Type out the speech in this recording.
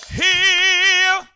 heal